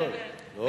לא, לא, זה חשוב.